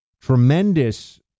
tremendous